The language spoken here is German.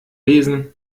lesen